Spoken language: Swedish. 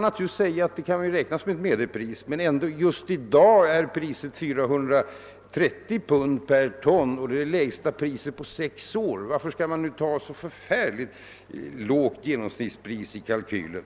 Naturligtvis kan detta räknas som ett medelpris, men just i dag är priset 430 pund per ton och det är det lägsta på sex år. Varför skall man ta till ett så lågt genomsnittspris i kalkylen? Man